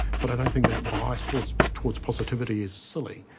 but i don't think that bias towards towards positivity is silly.